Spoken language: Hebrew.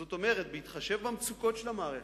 זאת אומרת, בהתחשב במצוקות של המערכת,